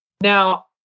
Now